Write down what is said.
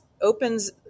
opens